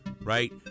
right